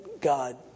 God